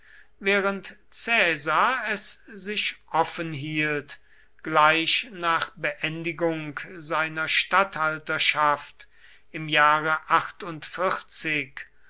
während caesar es sich offen hielt gleich nach beendigung seiner statthalterschaft im jahre